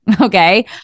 okay